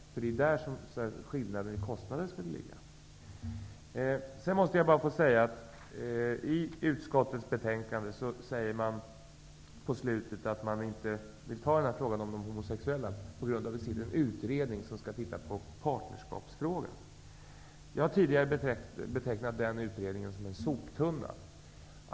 Det är nämligen däri som skillnaden i kostnader skulle ligga. I utskottets betänkande sägs det att man inte vill behandla frågan om de homosexuella på grund av att en utredning arbetar med partnerskapsfrågan. Jag har tidigare betecknat den utredningen som en soptunna.